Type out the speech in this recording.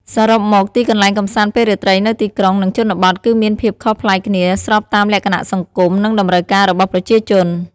សរុបមក ទីកន្លែងកម្សាន្តពេលរាត្រីនៅទីក្រុង និងជនបទ គឺមានភាពខុសប្លែកគ្នាស្របតាមលក្ខណៈសង្គម និងតម្រូវការរបស់ប្រជាជន ។